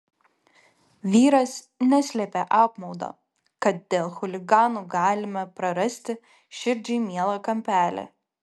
vyras neslėpė apmaudo kad dėl chuliganų galime prarasti širdžiai mielą kampelį